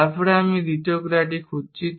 তারপরে আমি দ্বিতীয় ক্রিয়াটি খুঁজছি